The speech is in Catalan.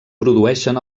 produeixen